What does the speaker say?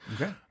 Okay